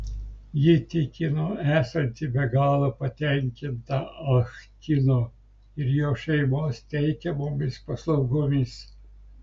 ji tikino esanti be galo patenkinta ah kino ir jo šeimos teikiamomis paslaugomis